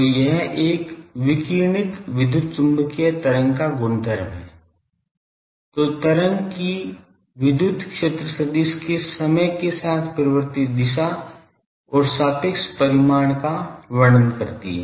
तो यह एक विकिरणित विद्युत चुम्बकीय तरंग का गुणधर्म है जो तरंग की विद्युत क्षेत्र सदिश के समय के साथ परिवर्तित दिशा और सापेक्ष परिमाण का वर्णन करती है